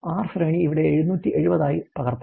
R ശ്രേണി ഇവിടെ 770 ആയി പകർത്താം